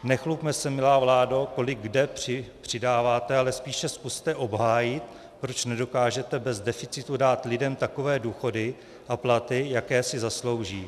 Nechlubme se, milá vládo, kolik kde přidáváte, ale spíše zkuste obhájit, proč nedokážete bez deficitu dát lidem takové důchody a platy, jaké si zaslouží.